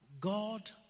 God